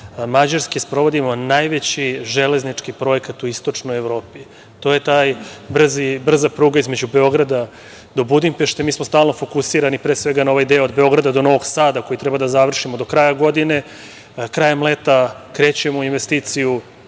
Mađarske sprovodimo najveći železnički projekat u Istočnoj Evropi. To je ta brza pruga između Beograda i Budimpešte. Mi smo stalno fokusirani, pre svega, na ovaj deo od Beograda do Novog Sada, koji treba da završimo do kraja godine. Krajem leta krećemo u investiciju